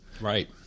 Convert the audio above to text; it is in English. Right